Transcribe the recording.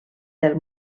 del